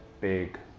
big